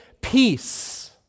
peace